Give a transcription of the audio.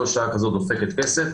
כל שעה כזאת דופקת כסף,